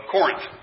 Corinth